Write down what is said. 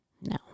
No